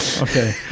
Okay